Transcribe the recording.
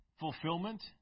fulfillment